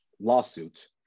lawsuit